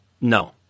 No